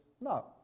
no